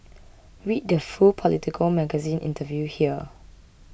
read the full Politico Magazine interview here